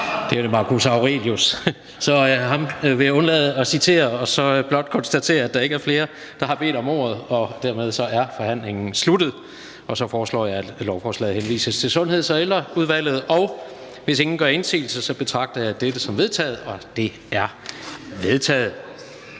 Det er Marcus Aurelius, så ham vil jeg undlade at citere, men blot konstatere, at der ikke er flere, der har bedt om ordet, og dermed er forhandlingen sluttet. Jeg foreslår, at lovforslaget henvises til Sundheds- og Ældreudvalget. Hvis ingen gør indsigelse, betragter jeg dette som vedtaget. Det er vedtaget.